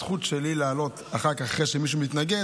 הזכות שלי היא לעלות אחרי שמישהו מתנגד,